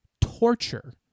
torture